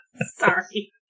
Sorry